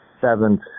seventh